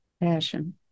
passion